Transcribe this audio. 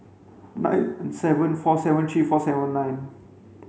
nine seven four seven three four seven nine